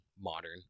modern